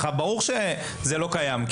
ברור שזה לא קיים.